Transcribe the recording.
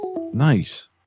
Nice